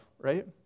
right